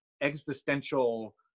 existential